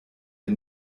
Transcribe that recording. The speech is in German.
wir